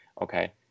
okay